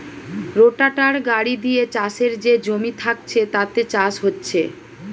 রোটাটার গাড়ি দিয়ে চাষের যে জমি থাকছে তাতে চাষ হচ্ছে